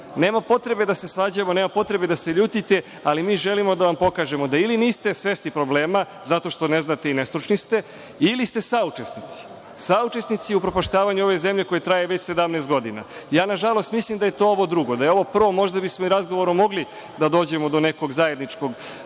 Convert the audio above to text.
Nema potrebe da se svađamo, nema potrebe da se ljutite, ali mi želimo da vam pokažemo da ili niste svesni problema, zato što ne znate i nestručni ste, ili ste saučesnici. Saučesnici ste upropaštavanja ove zemlje koje traje već 17 godina. Nažalost, mislim da je to ovo drugo. Da je ovo prvo, možda bismo i razgovorom mogli da dođemo do nekog zajedničkog